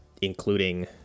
including